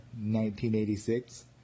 1986